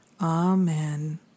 Amen